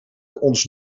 ons